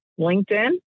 LinkedIn